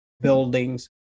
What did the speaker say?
buildings